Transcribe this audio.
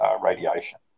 radiation